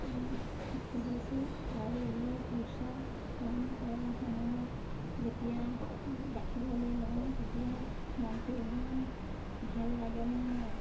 সুখী হৈছোঁ আৰু ঊলৰ কুৰুচা কাম কৰাৰ সময়ত যেতিয়া গাঁঠিবলৈ লওঁ তেতিয়া মনটো ইমান ভাল লাগে নহয়